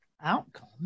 outcome